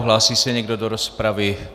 Hlásí se někdo do rozpravy?